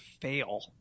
fail